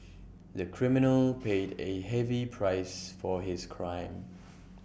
the criminal paid A heavy price for his crime